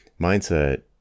mindset